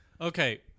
Okay